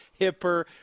hipper